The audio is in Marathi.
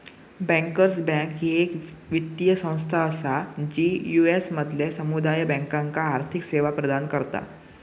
बँकर्स बँक ही येक वित्तीय संस्था असा जी यू.एस मधल्या समुदाय बँकांका आर्थिक सेवा प्रदान करता